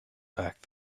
back